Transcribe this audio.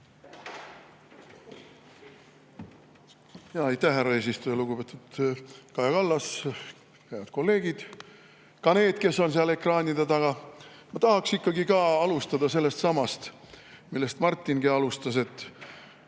Aitäh, härra eesistuja! Lugupeetud Kaja Kallas! Head kolleegid, ka need, kes on ekraanide taga! Ma tahaks ikkagi ka alustada sellestsamast, millest Martingi alustas: